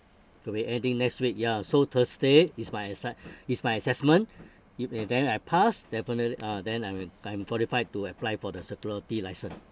to be ending next week ya so thursday is my asse~ is my assessment it may then I pass definitely ah then I'm uh I'm qualified to apply for the security license